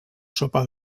sopa